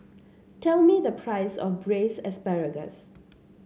tell me the price of Braised Asparagus